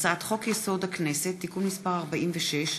הצעת חוק-יסוד: הכנסת (תיקון מס' 46)